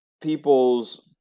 people's –